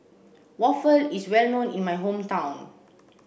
Waffle is well known in my hometown